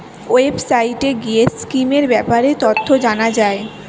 ওয়েবসাইটে গিয়ে স্কিমের ব্যাপারে তথ্য জানা যায়